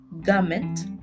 garment